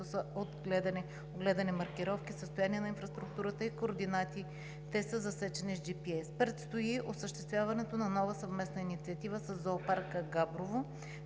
като са огледани маркировки, състояние на инфраструктурата и координати, които са засечени с GPS. Предстои осъществяването на нова съвместна инициатива със зоопарка в Габрово.